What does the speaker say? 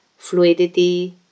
fluidity